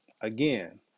again